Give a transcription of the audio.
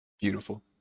Beautiful